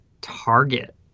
target